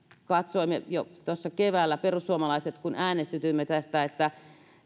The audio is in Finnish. katsoimme jo tuossa keväällä kun äänestytimme tästä että